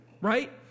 right